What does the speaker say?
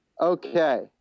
Okay